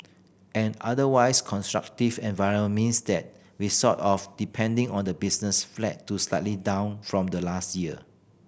an otherwise constructive environment means that we sort of depending on the business flat to slightly down from the last year